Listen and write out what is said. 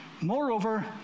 Moreover